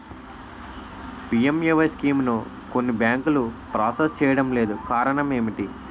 PMAY స్కీమును కొన్ని బ్యాంకులు ప్రాసెస్ చేయడం లేదు కారణం ఏమిటి?